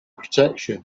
protection